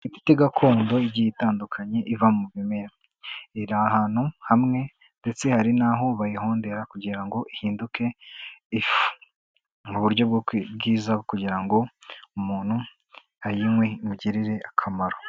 Imiti gakondo igiye itandukanye iva mu bimera, iri ahantu hamwe ndetse hari n'aho bayihondera kugira ngo ihinduke ifu, mu buryo bwiza bwo kugira ngo umuntu ayinywe imugirire akamaro.